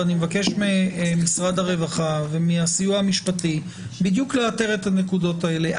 ואני מבקש ממשרד הרווחה ומהסיוע המשפטי לאתר את הנקודות האלה בדיוק.